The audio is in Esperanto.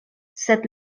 sed